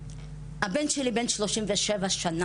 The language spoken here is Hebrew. ותקשיבו, הבן שלי בן 37 שנה,